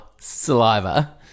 saliva